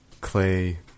clay